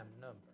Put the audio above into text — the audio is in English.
number